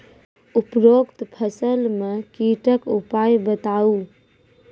उपरोक्त फसल मे कीटक उपाय बताऊ?